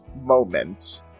moment